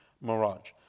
mirage